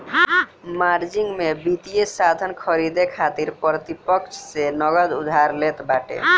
margin में वित्तीय साधन खरीदे खातिर प्रतिपक्ष से नगद उधार लेत बाटे